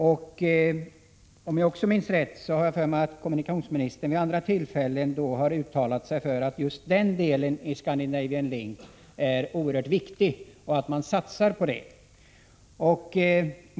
Jag har också för mig att kommunikationsministern vid andra tillfällen har uttalat sig för att just den delen av ScanLink är oerhört viktig och att man satsar på den.